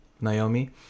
Naomi